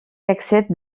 accepte